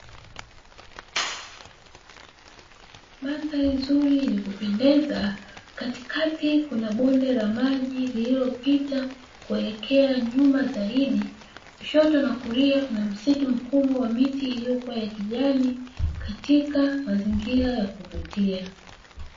Mandhari nzuri yenye kupendeza katikati kuna bonde la maji lililopita kuelekea nyuma zaidi, kushoto na kulia kuna msitu mkubwa wa miti iliyokuwa ya kijani katika mazingira ya kuvutia.